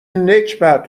نکبت